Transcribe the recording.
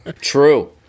True